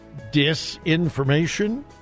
disinformation